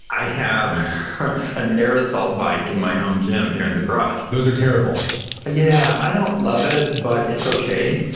i have an air assault bike in my home gym here in the garage those are terrible yeah, i don't love it, but it's okay.